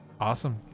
Awesome